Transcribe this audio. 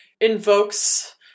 invokes